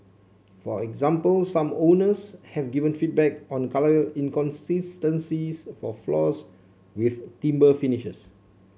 for example some owners have given feedback on colour inconsistencies for floors with timber finishes